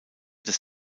des